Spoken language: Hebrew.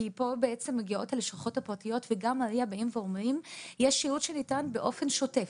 ולמעשה הלשכות הפרטיות וגם ה-RIA אומרים שיש שירות שניתן באופן שוטף,